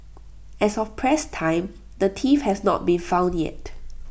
as of press time the thief has not been found yet